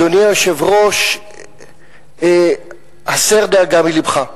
אדוני היושב-ראש, הסר דאגה מלבך,